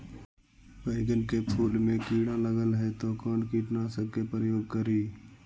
बैगन के फुल मे कीड़ा लगल है तो कौन कीटनाशक के प्रयोग करि?